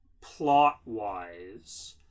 plot-wise